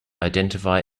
identify